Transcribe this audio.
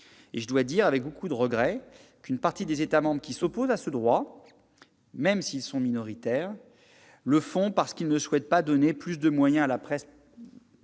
Je dois dire, avec beaucoup de regret, qu'une partie des États membres qui s'opposent à ce droit, même s'ils sont minoritaires, le font parce qu'ils ne souhaitent pas donner plus de moyens à la presse